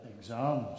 exams